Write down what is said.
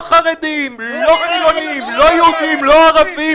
לא חרדים, לא חילונים, לא יהודים, לא ערבים.